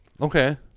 Okay